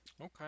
Okay